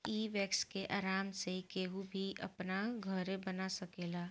इ वैक्स के आराम से केहू भी अपना घरे बना सकेला